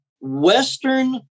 Western